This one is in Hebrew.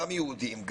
גם יהודים,